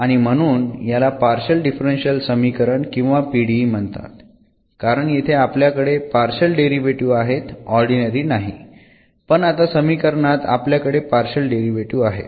आणि म्हणून याला पार्शल डिफरन्शियल समीकरण किंवा PDE म्हणतात कारण येथे आपल्याकडे पार्शल डेरिव्हेटीव्ह आहेत ऑर्डीनरी नाही पण आता समीकरणात आपल्याकडे पार्शल डेरिव्हेटीव्ह आहेत